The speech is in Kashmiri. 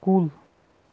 کُل